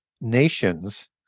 nations